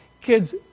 kids